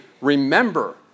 remember